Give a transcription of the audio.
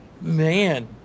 man